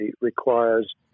requires